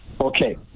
Okay